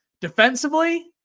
Defensively